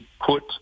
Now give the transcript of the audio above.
put